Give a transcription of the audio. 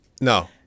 No